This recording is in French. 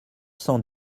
cent